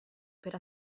per